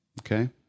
Okay